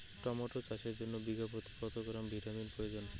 Tomato চাষের জন্য বিঘা প্রতি কত গ্রাম ভিটামিন প্রয়োজন?